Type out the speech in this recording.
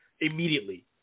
immediately